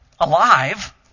alive